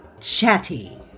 Chatty